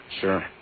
Sure